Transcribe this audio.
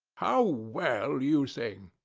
how well you sing!